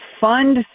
fund